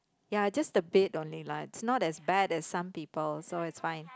ya just a bit only lah it's not as bad as some people so it's fine